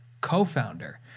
co-founder